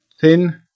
thin